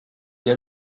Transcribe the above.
إلى